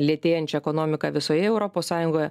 lėtėjančią ekonomiką visoje europos sąjungoje